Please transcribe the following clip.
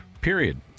Period